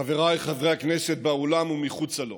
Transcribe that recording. חבריי חברי הכנסת באולם ומחוצה לו,